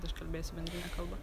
tai aš kalbėsiu bendrine kalba